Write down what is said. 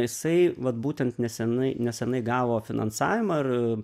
jisai vat būtent nesenai nesenai gavo finansavimą ir